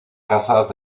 casas